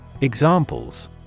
Examples